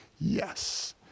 yes